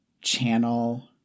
channel